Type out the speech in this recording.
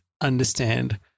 understand